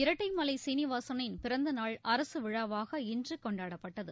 இரட்டைமலை சீனிவாசனின் பிறந்த நாள் அரசு விழாவாக இன்று கொண்டாடப்பட்டது